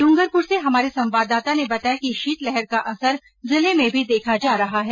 डूंगरपुर से हमारे संवाददाता ने बताया कि शीतलहर का असर जिले में भी देखा जा रहा है